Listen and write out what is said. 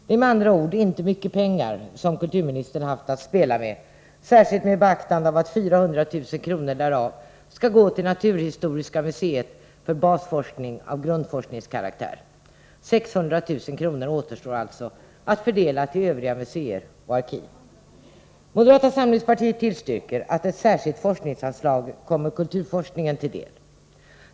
Det är med andra ord inte mycket pengar som kulturministern haft att spela med, särskilt med beaktande av att 400 000 kr. därav skall gå till Naturhistoriska museet för basforskning av grundforskningskaraktär. 600 000 kr. återstår alltså att fördela till övriga museer och arkiv. Moderata samlingspartiet tillstyrker att ett särskilt forskningsanslag kommer kulturforskningen till del.